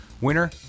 Winner